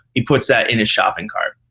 he puts that in his shopping cart.